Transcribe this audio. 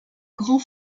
grand